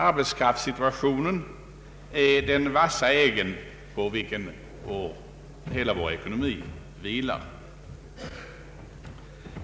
Arbetskraftssituationen är den vassa egg, på vilken hela vår ekonomi balanserar.